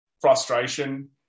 frustration